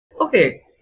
Okay